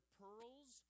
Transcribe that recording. pearls